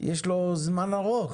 יש לו זמן ארוך